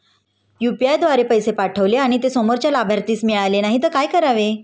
UPI द्वारे पैसे पाठवले आणि ते समोरच्या लाभार्थीस मिळाले नाही तर काय करावे?